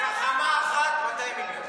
גחמה אחת, 200 מיליון.